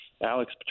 Alex